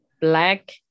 black